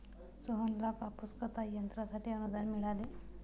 रोहनला कापूस कताई यंत्रासाठी अनुदान मिळाले